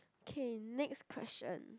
K next question